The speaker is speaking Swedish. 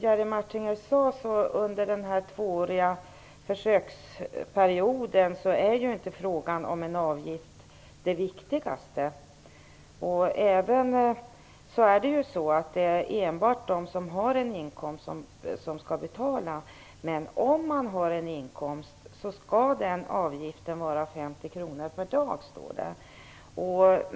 Herr talman! Som Jerry Martinger sade är inte frågan om en avgift det viktigaste under den tvååriga försöksperioden. Det är dessutom enbart de som har en inkomst som skall betala. Men om man har en inkomst skall avgiften vara 50 kr per dag, står det.